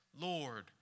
Lord